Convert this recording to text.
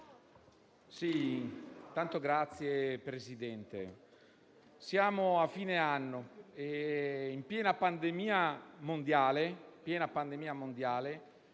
siamo a fine anno, in piena pandemia mondiale